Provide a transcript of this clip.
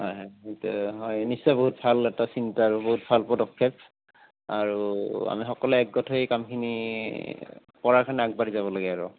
হয় হয় সেইটো হয় নিশ্চয় বহুত ভাল এটা চিন্তা আৰু বহুত ভাল পদক্ষেপ আৰু আমি সকলোৱে একগোট হৈ কামখিনি কৰাৰ কাৰণে আগবাঢ়ি যাব লাগে আৰু